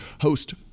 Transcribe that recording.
host